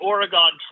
Oregon